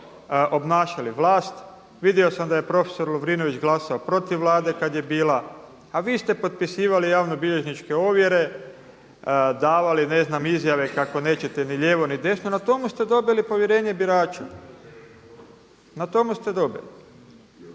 Na tomu ste dobili.